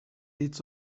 eats